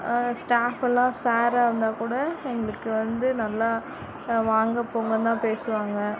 ஸ்டாஃப்பெல்லாம் sir வந்தால் கூட எங்களுக்கு வந்து நல்லா வாங்க போங்கன்னு தான் பேசுவாங்க